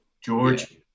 George